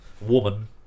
woman